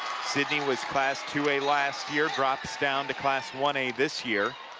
sidney was class two a last year, drops down to class one a this year.